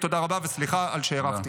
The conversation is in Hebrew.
תודה רבה, וסליחה על שהארכתי.